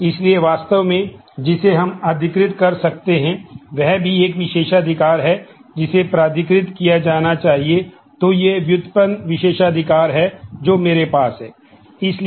इसलिए वास्तव में जिसे हम अधिकृत कर सकते हैं वह भी एक विशेषाधिकार है जिसे प्राधिकृत किया जाना चाहिए